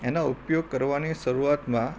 એના ઉપયોગ કરવાની શરૂઆતમાં